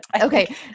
Okay